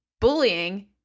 bullying